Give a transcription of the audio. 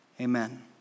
Amen